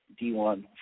D1